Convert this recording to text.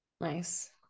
Nice